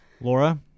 Laura